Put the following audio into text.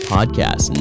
Podcast